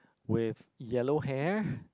with yellow hair